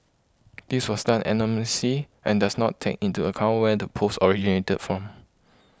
this was done anonymously and does not take into account where the post originated from